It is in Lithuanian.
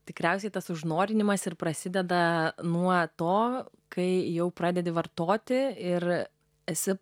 tikriausiai tas užnorinimas ir prasideda nuo to kai jau pradedi vartoti ir esi